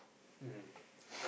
mm